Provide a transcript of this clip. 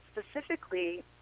specifically